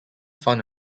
found